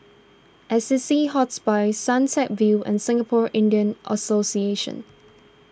Assisi Hospice Sunset View and Singapore Indian Association